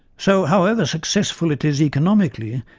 so, however successful it is economically,